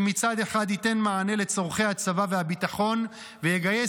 שמצד אחד ייתן מענה לצורכי הצבא והביטחון ויגייס